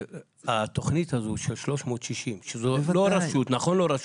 התוכנית הזו של 360 שזאת לא רשות,